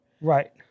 Right